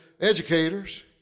educators